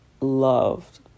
loved